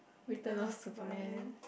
Return-of-Superman